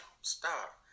stop